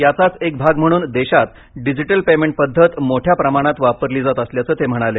याचाच एक भाग म्हणून देशात डिजिटल पेमेंट पद्धत मोठ्या प्रमाणात वापरली जात असल्याचं ते म्हणाले